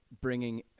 bringing